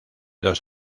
dos